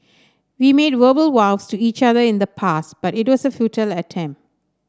we made verbal vows to each other in the past but it was a futile attempt